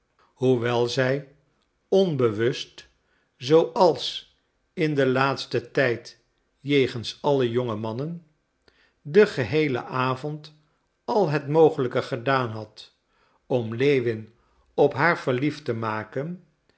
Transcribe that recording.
hoewel zij onbewust zooals in den laatsten tijd jegens alle jonge mannen den geheelen avond al het mogelijke gedaan had om lewin op haar verliefd te maken